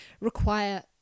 require